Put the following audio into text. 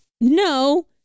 no